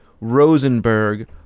Rosenberg